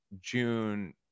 June